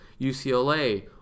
ucla